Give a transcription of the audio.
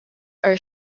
are